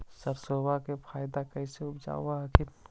सरसोबा के पायदबा कैसे उपजाब हखिन?